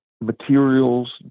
materials